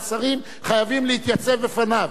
והשרים חייבים להתייצב בפניו,